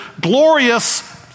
glorious